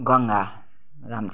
Ganga Ram